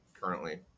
currently